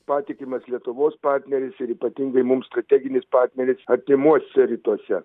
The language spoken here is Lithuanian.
patikimas lietuvos partneris ir ypatingai mums strateginis partneris artimuosiuose rytuose